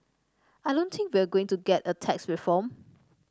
I don't think we're going to get tax reform